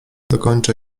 dokończę